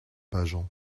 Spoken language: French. pageant